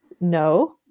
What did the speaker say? no